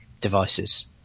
devices